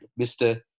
Mr